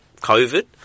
COVID